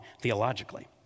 theologically